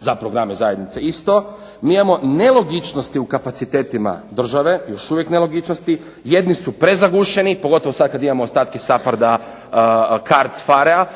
za programe zajednice isto. Mi imamo nelogičnosti u kapacitetima države, još uvijek nelogičnosti. Jedni su prezagušeni, pogotovo sad kad imamo ostatke SAPHARD-a, CARDS, PHARE-a,